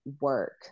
work